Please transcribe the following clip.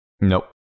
Nope